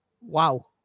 wow